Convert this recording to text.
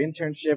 internship